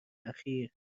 اخیر